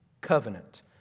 covenant